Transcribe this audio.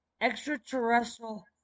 Extraterrestrial